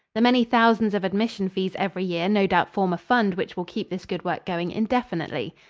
the many thousands of admission fees every year no doubt form a fund which will keep this good work going indefinitely.